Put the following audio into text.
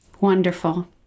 Wonderful